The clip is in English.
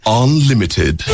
unlimited